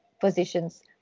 positions